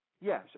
Yes